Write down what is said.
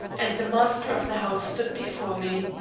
and the master of the house stood before me.